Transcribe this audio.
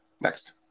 next